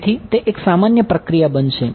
તેથી તે એક સામાન્ય પ્રક્રિયા બનશે